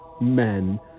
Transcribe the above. men